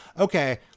okay